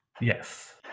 yes